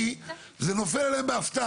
לא הפוך.